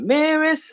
Mary